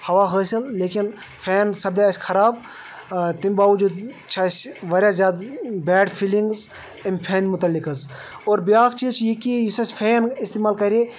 ہوا حٲصِل لیکن فین سپدے اَسہِ خراب تیٚمہِ باوجوٗد چھِ اَسہِ واریاہ زیادٕ بیڑ فیٖلِنٛگٕز اَمہِ فینہٕ متعلق حظ اور بیٛاکھ چیٖز چھِ یہِ کہ یُس اَسہِ فین استعمال کَرے